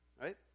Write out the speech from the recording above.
Right